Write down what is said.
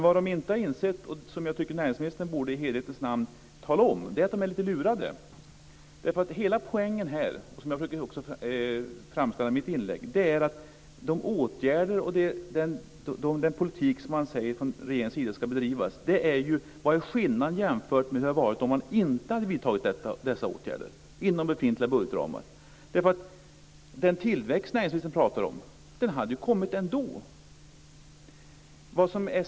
Vad de inte har insett, som jag tycker att näringsministern i hederlighetens namn borde tala om, är att de är lurade. Hela poängen, som jag försökte framföra i mitt inlägg, med de åtgärder och den politik som regeringen säger ska bedrivas är ju denna: Vad är skillnaden mot hur det hade varit om man inte vidtagit dessa åtgärder inom befintliga budgetramar? Den tillväxt som näringsministern pratar om hade ju skett ändå.